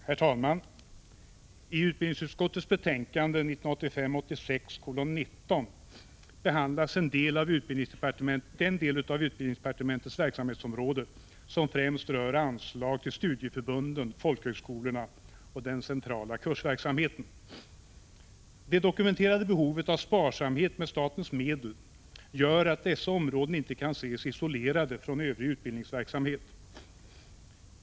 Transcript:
Herr talman! I utbildningsutskottets betänkande 1985/86:19 behandlas den del av. utbildningsdepartementets verksamhetsområde som främst rör anslag till studieförbunden, folkhögskolorna och den centrala kursverksamheten. Det dokumenterade behovet av sparsamhet med statens medel gör att dessa områden inte kan ses isolerade från övrig utbildningsverksamhet.